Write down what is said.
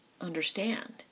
understand